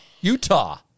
Utah